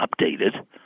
updated